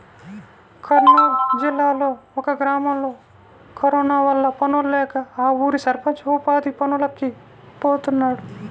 కర్నూలు జిల్లాలో ఒక గ్రామంలో కరోనా వల్ల పనుల్లేక ఆ ఊరి సర్పంచ్ ఉపాధి పనులకి పోతున్నాడు